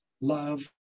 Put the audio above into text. love